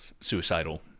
suicidal